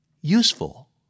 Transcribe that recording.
useful